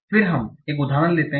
फिर हम एक उदाहरण लेते हैं